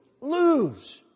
lose